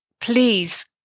please